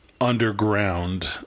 underground